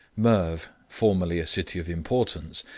merv, formerly a city of importance,